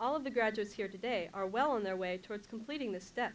all of the graduates here today are well on their way towards completing this step